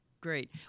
Great